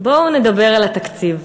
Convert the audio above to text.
בואו נדבר על התקציב.